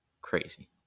Crazy